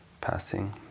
passing